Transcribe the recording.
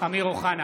אמיר אוחנה,